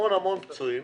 עם המון המון פצועים,